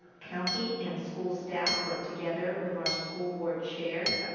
county and school staff work together with our school board chair,